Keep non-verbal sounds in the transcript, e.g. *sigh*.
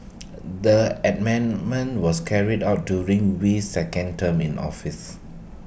*noise* the *unintelligible* was carried out during Wee's second term in office